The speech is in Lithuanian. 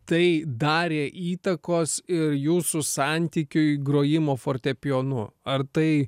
tai darė įtakos ir jūsų santykiui grojimo fortepijonu ar tai